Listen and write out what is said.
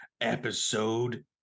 episode